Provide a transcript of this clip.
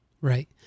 right